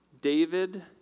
David